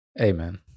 Amen